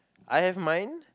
I have mine